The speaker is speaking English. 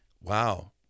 Wow